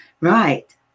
right